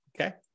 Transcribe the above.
okay